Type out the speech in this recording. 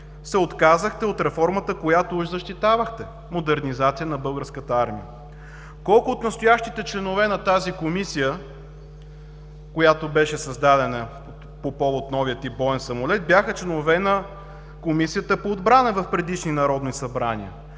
се отказахте от реформата, която защитавахте – модернизация на Българската армия. Колко от настоящите членове на тази Комисия, която беше създадена по повод новия тип боен самолет, бяха членове на Комисията по отбрана в предишни народни събрания?